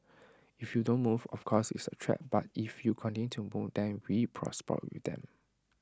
if you don't move of course it's A threat but if you continue to move then we prosper with them